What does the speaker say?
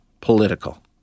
political